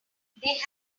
they